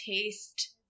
taste